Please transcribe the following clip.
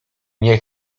nie